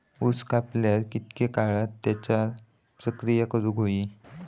ऊस कापल्यार कितके काळात त्याच्यार प्रक्रिया करू होई?